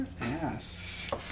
ass